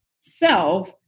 self